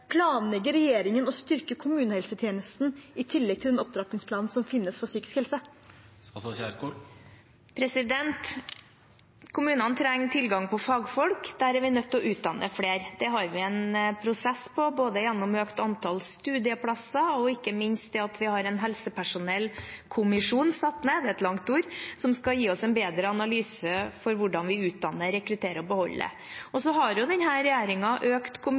regjeringen planlegger å styrke kommunehelsetjenesten, i tillegg til den opptrappingsplanen som finnes for psykisk helse. Kommunene trenger tilgang på fagfolk. Der er vi nødt til å utdanne flere. Det har vi en prosess på, både gjennom økt antall studieplasser og ikke minst ved at vi har satt ned en helsepersonellkommisjon, som skal gi oss en bedre analyse for hvordan vi utdanner, rekrutterer og beholder. Så har jo denne regjeringen økt